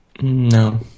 No